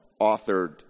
authored